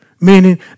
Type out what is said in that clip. meaning